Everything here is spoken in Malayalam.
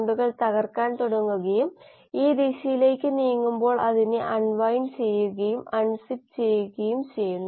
എക്സ്ട്രാ സെല്ലുലാർ മെറ്റബോളിറ്റുകളിൽ ശ്രദ്ധ കേന്ദ്രീകരിക്കുമ്പോൾ നമ്മുടെ കോശത്തിൻറെ ചുറ്റുപാടുകളെ ഒരു സിസ്റ്റമായി പരിഗണിക്കുകയും നമ്മൾ ബാലൻസുകൾ എഴുതുകയും ചെയ്യുന്നു